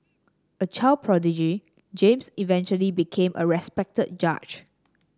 a child prodigy James eventually became a respected judge